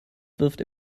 wirft